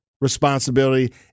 responsibility